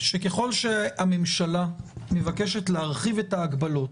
שככל שהממשלה מבקשת להרחיב את ההגבלות,